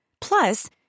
Plus